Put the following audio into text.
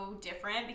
different